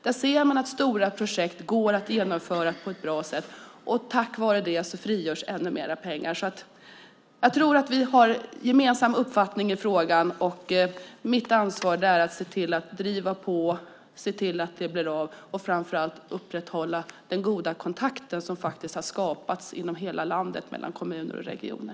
Där ser man att stora projekt går att genomföra på ett bra sätt, och tack vare det frigörs ännu mer pengar. Jag tror att vi har en gemensam uppfattning i frågan. Mitt ansvar är att driva på och se till att det blir av och framför allt upprätthålla den goda kontakt som har skapats i hela landet mellan kommuner och regioner.